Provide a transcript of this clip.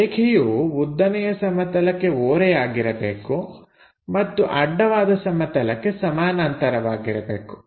ರೇಖೆಯು ಉದ್ದನೆಯ ಸಮತಲಕ್ಕೆ ಓರೆಯಾಗಿರಬೇಕು ಮತ್ತು ಅಡ್ಡವಾದ ಸಮತಲಕ್ಕೆ ಸಮಾನಾಂತರವಾಗಿರಬೇಕು